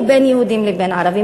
הוא בין יהודים לבין ערבים.